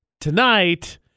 tonight